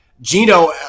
Gino